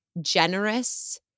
generous